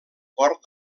port